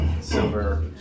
silver